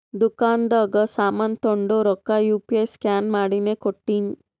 ದುಕಾಂದಾಗ್ ಸಾಮಾನ್ ತೊಂಡು ರೊಕ್ಕಾ ಯು ಪಿ ಐ ಸ್ಕ್ಯಾನ್ ಮಾಡಿನೇ ಕೊಟ್ಟಿನಿ